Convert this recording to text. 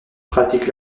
pratique